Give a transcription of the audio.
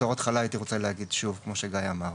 בתור התחלה הייתי רוצה להגיד, שוב, כמו שגיא אמר,